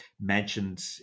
mentioned